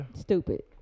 Stupid